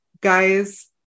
guys